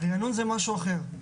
ריענון זה משהו אחר.